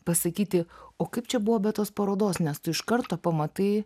pasakyti o kaip čia buvo be tos parodos nes tu iš karto pamatai